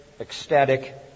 ecstatic